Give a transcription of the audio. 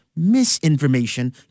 misinformation